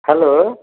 hello